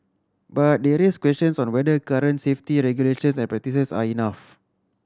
but they raise questions on whether current safety regulations and practices are enough